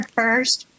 first